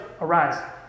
arise